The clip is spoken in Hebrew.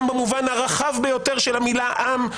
גם במובן הרחב ביותר של המילה עם,